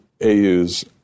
AU's